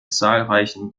zahlreichen